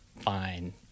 fine